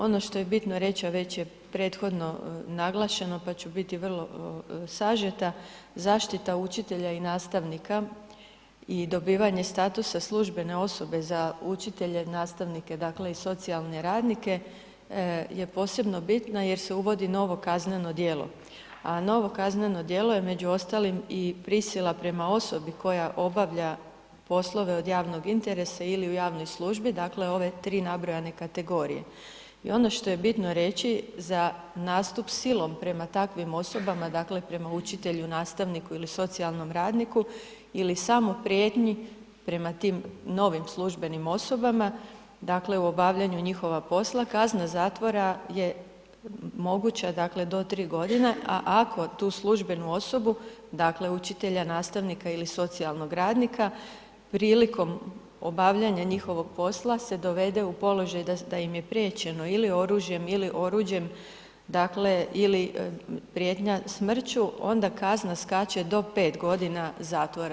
Ono što je bitno reći, a već je prethodno naglašeno, pa ću biti vrlo sažeta, zaštita učitelja i nastavnika i dobivanje statusa službene osobe za učitelje, nastavnike, dakle i socijalne radnike je posebno bitno jer se uvodi novo kazneno djelo, a novo kazneno djelo je među ostalim i prisila prema osobi koja obavlja poslove od javnog interesa ili u javnoj službi dakle ove tri nabrojane kategorije i ono što je bitno reći za nastupom silom prema takvim osobama, dakle prema učitelju, nastavniku ili socijalnom radniku ili samo prijetnji prema tim novim službenim osobama, dakle u obavljanju njihova posla, kazna zatvora je moguća do 3 g. a ako tu službenu osobu, dakle učitelja, nastavnika ili socijalnog radnika prilikom obavljanja njihovog posla se dovede u položaj da im je priječeno ili oružjem ili oruđem ili prijetnja smrću, onda kazna skače do 5 g. zatvora.